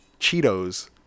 Cheetos